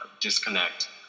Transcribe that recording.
disconnect